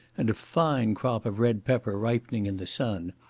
and a fine crop of red pepper ripening in the sun.